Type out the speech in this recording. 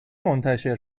منتشر